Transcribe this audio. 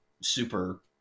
super